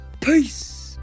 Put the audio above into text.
peace